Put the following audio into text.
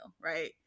right